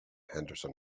henderson